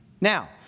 Now